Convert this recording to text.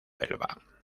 elba